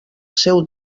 seu